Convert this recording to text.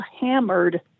Hammered